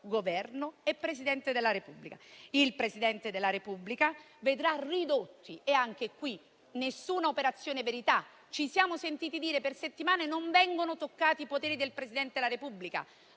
Governo e Presidente della Repubblica. Il Presidente della Repubblica vedrà ridotti i propri poteri. Anche qui nessuna operazione verità: ci siamo sentiti dire per settimane che non vengono toccati i poteri del Presidente della Repubblica.